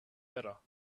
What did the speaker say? better